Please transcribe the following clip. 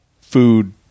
food